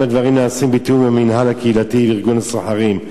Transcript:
2. האם הדברים נעשים בתיאום עם המינהל הקהילתי וארגון הסוחרים?